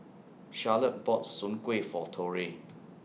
Charolette bought Soon Kuih For Torrey